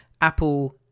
Apple